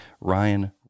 Ryan